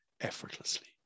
effortlessly